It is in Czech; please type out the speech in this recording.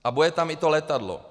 A bude tam i to letadlo.